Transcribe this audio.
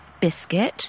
Biscuit